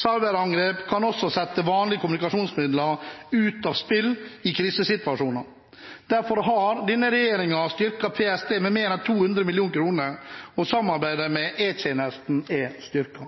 Cyberangrep kan også sette vanlige kommunikasjonsmidler ut av spill i krisesituasjoner. Derfor har denne regjeringen styrket PST med mer enn 200 mill. kr, og samarbeidet med E-tjenesten er